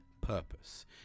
purpose